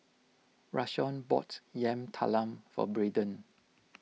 Rashawn bought Yam Talam for Braden